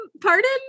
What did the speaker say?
pardon